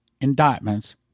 indictments